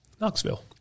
Knoxville